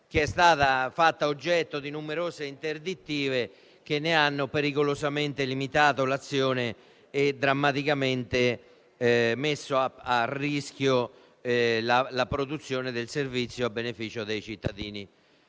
dei rifiuti, fatta oggetto di numerose interdittive che ne hanno pericolosamente limitato l'azione e drammaticamente messo a rischio la produzione del servizio a beneficio dei cittadini